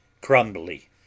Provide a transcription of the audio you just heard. Crumbly